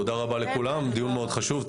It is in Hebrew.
תודה רבה לכולם, דיון מאוד חשוב.